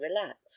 relax